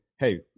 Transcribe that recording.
Hey